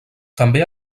també